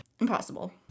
Impossible